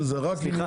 סליחה,